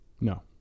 No